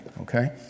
Okay